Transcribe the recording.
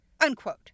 unquote